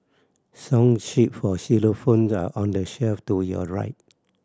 song sheet for xylophones are on the shelf to your right